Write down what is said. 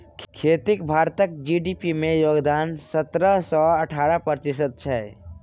खेतीक भारतक जी.डी.पी मे योगदान सतरह सँ अठारह प्रतिशत छै